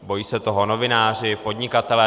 Bojí se toho novináři, podnikatelé.